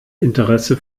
interesse